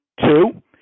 Two